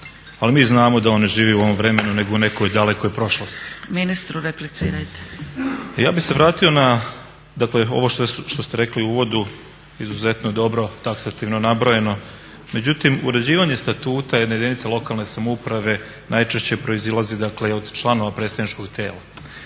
ali mi znamo da on ne živi u ovom vremenu nego u nekoj dalekoj prošlosti. **Zgrebec, Dragica (SDP)** Ministru replicirajte. **Crnogorac, Dragan (SDSS)** Ja bih se vratio na ovo što ste rekli u uvodu, izuzetno je dobro taksativno nabrojeno, međutim uređivanje statuta jedne jedinice lokalne samouprave najčešće proizlazi dakle od članova predstavničkog tijela.